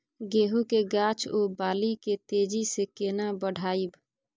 गेहूं के गाछ ओ बाली के तेजी से केना बढ़ाइब?